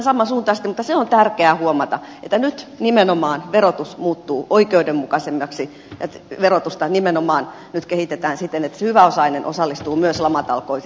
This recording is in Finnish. mutta se on tärkeää huomata että nyt nimenomaan verotus muuttuu oikeudenmukaisemmaksi verotusta nimenomaan nyt kehitetään siten että hyväosainen osallistuu myös lamatalkoisiin